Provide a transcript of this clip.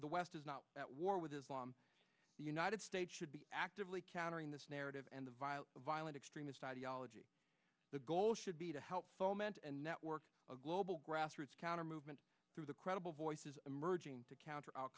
the west is not at war with islam the united states should be actively countering this narrative and the vile the violent extremist ideology the goal should be to help foment and network of global grassroots counter movement through the credible voices emerging to